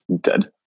dead